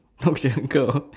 sia kau